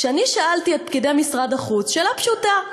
כשאני שאלתי את פקידי משרד החוץ שאלה פשוטה,